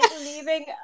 leaving